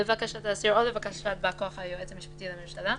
לבקשת האסיר או לבקשת בא כוח היועץ המשפטי לממשלה,